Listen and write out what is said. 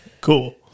Cool